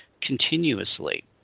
continuously